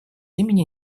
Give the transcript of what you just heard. имени